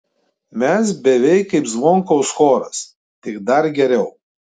mes beveik kaip zvonkaus choras tik dar geriau